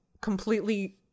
completely